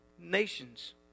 Nations